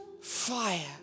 fire